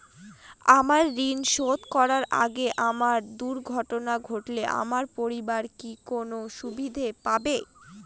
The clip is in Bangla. আমার ঋণ শোধ করার আগে আমার দুর্ঘটনা ঘটলে আমার পরিবার কি কোনো সুবিধে পাবে?